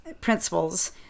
principles